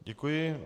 Děkuji.